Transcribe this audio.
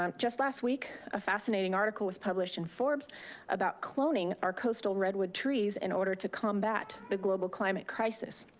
um just last week, a fascinating article was published in forbes about cloning our coastal redwood trees in order to combat the global climate crisis.